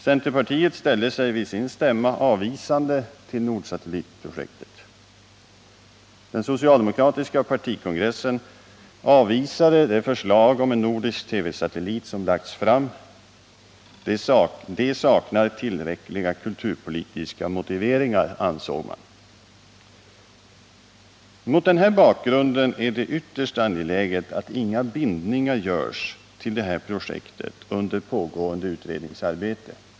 Centerpartiet ställde sig vid sin stämma avvisande till Nordsatellitprojektet. Socialdemokratiska partikongressen avvisade det förslag om en nordisk TV-satellit som lagts fram. Det saknar tillräckliga kulturpolitiska motiveringar, ansåg man. Mot denna bakgrund är det ytterst angeläget att inga bindningar görs till detta projekt under pågående utredningsarbete.